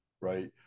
right